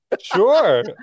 Sure